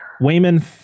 Wayman